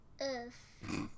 Earth